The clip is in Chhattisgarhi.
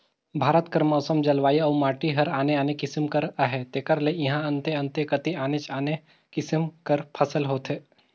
भारत कर मउसम, जलवायु अउ माटी हर आने आने किसिम कर अहे तेकर ले इहां अन्ते अन्ते कती आनेच आने किसिम कर फसिल होथे